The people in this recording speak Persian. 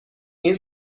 این